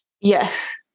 Yes